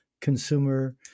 consumer